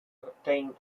obtain